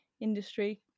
industry